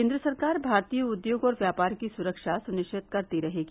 केन्द्र सरकार भारतीय उद्योग और व्यापार की सुरक्षा सुनिश्चित करती रहेगी